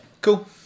cool